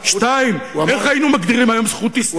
2. איך היינו מגדירים היום זכות היסטורית?